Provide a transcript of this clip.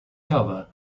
cover